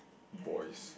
voice